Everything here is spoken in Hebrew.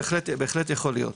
בהחלט יכול להיות.